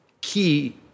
key